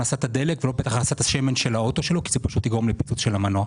או בשמן של האוטו כי זה פשוט יגרום לפיצוץ של המנוע.